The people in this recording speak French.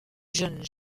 jeune